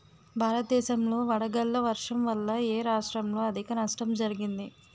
భారతదేశం లో వడగళ్ల వర్షం వల్ల ఎ రాష్ట్రంలో అధిక నష్టం జరిగింది?